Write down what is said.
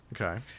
Okay